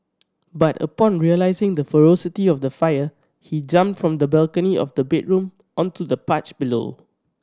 but upon realising the ferocity of the fire he jumped from the balcony of the bedroom onto the porch below